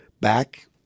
Back